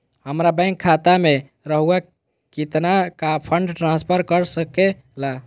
हमरा बैंक खाता से रहुआ कितना का फंड ट्रांसफर कर सके ला?